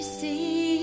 see